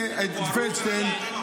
את פלדשטיין.